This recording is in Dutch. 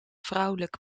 vrouwelijk